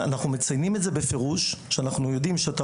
אנחנו מציינים בפירוש: אנחנו יודעים שאתה